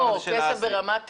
כסף ברמת